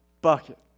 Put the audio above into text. Bucket